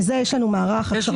לזה יש לנו מערך הכשרות.